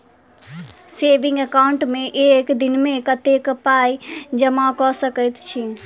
Saving account मे एक दिनमे कतेक पाई जमा कऽ सकैत छी?